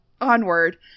onward